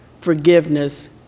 forgiveness